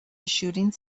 shooting